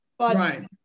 Right